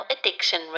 Addiction